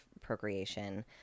procreation